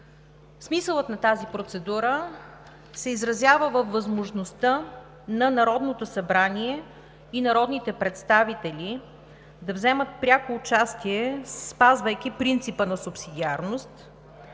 Смисълът на тази процедура се изразява във възможността на Народното събрание и народните представители да вземат пряко участие, спазвайки принципа на субсидиарност,